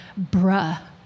bruh